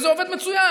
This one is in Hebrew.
וזה עובד מצוין.